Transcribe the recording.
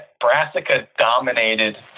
brassica-dominated